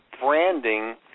branding